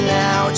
now